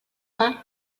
que